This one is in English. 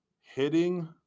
hitting